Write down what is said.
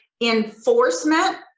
enforcement